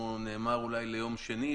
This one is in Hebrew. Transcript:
ליועץ,